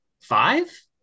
five